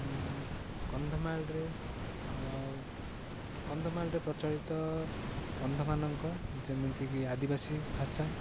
କନ୍ଧମାଳରେ କନ୍ଧମାଳରେ ପ୍ରଚଳିତ କନ୍ଧମାନଙ୍କ ଯେମିତିକି ଆଦିବାସୀ ଭାଷା